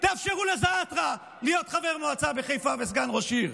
תאפשרו לזעאתרה להיות חבר מועצה בחיפה וסגן ראש עיר.